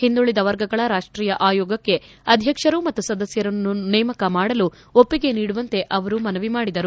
ಹಿಂದುಳದ ವರ್ಗಗಳ ರಾಷ್ಟೀಯ ಆಯೋಗಕ್ಕೆ ಅಧ್ವಕ್ಷರು ಮತ್ತು ಸದಸ್ಯರನ್ನು ನೇಮಕ ಮಾಡಲು ಒಪ್ಪಿಗೆ ನೀಡುವಂತೆ ಅವರು ಮನವಿ ಮಾಡಿದರು